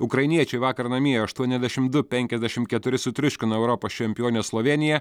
ukrainiečiai vakar namie aštuoniasdešimt du penkiasdešimt keturi sutriuškino europos čempionę slovėniją